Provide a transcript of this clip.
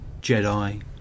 Jedi